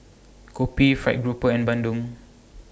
Kopi Fried Grouper and Bandung